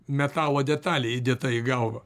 metalo detalė įdėta į galvą